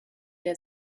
der